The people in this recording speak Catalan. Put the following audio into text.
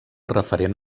referent